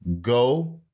go